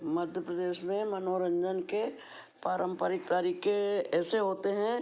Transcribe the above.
मध्य प्रदेश में मनोरंजन के पारंपरिक तरीके ऐसे होते हैं